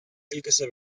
көлкесе